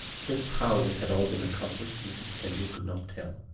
just how it had all been accomplished mrs. kendail could not tell.